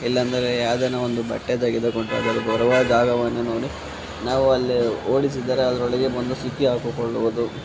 ಇಲ್ಲಾಂದರೆ ಅದನ್ನು ಒಂದು ಬಟ್ಟೆ ತೆಗೆದುಕೊಂಡು ಅದು ಬರುವ ಜಾಗವನ್ನು ನೋಡಿ ನಾವು ಅಲ್ಲಿ ಓಡಿಸಿದರೆ ಅದರೊಳಗೆ ಬಂದು ಸಿಕ್ಕಿ ಹಾಕಿಕೊಳ್ಳುವುದು